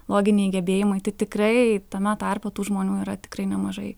loginiai gebėjimai tai tikrai tame tarpe tų žmonių yra tikrai nemažai